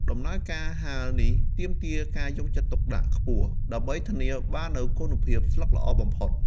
ដំណើរការហាលនេះទាមទារការយកចិត្តទុកដាក់ខ្ពស់ ដើម្បីធានាបាននូវគុណភាពស្លឹកល្អបំផុត។